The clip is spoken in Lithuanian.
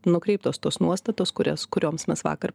nukreiptos tos nuostatos kurias kurioms mes vakar